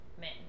men